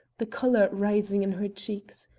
the color rising in her cheeks.